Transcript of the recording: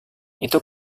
itu